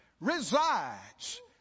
resides